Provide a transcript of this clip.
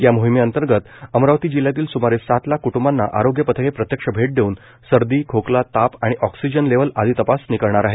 या मोहिमे अंतर्गत अमरावती जिल्ह्यातील सुमारे सात लाख कृटंबांना आरोग्य पथके प्रत्यक्ष भेट देऊन सर्दी खोकला ताप आणि ऑक्सीजन लेव्हल आदी तपासणी करणार आहे